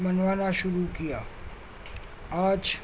منوانا شروع کیا آج